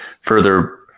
further